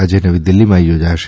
આજે નવી દિલ્હીમાં યોજાશે